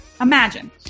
Imagine